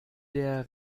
der